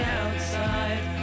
outside